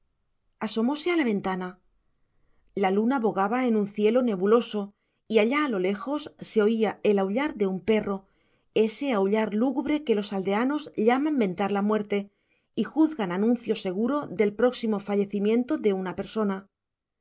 asomóse a la ventana la luna bogaba en un cielo nebuloso y allá a lo lejos se oía el aullar de un perro ese aullar lúgubre que los aldeanos llaman ventar la muerte y juzgan anuncio seguro del próximo fallecimiento de una persona